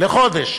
לחודש.